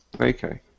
Okay